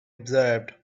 observed